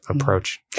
approach